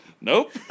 Nope